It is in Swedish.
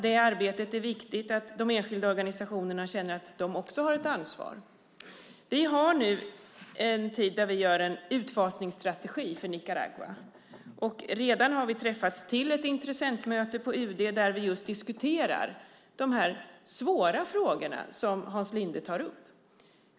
Det arbetet är det viktigt att de enskilda organisationerna känner att de också har ett ansvar för. Vi har nu en tid då vi genomför ett utfasningsstrategi för Nicaragua. Vi har redan samlats till ett intressentmöte på UD där vi just diskuterade de svåra frågor som Hans Linde tar upp.